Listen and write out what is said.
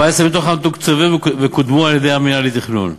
14 מתוכם תוקצבו וקודמו על-ידי מינהל התכנון.